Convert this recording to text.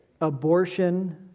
abortion